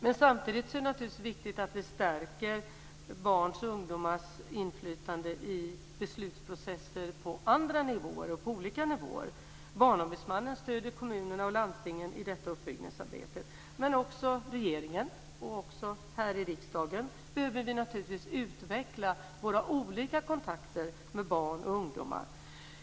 Men samtidigt är det naturligtvis viktigt att vi stärker barns och ungdomars inflytande i beslutsprocesser på andra nivåer och på olika nivåer. Barnombudsmannen stöder kommunerna och landstingen i detta uppbyggnadsarbete. Också i regeringen och här i riksdagen behöver vi naturligtvis utveckla våra olika kontakter med barn och ungdomar.